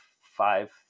five